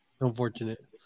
Unfortunate